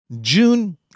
June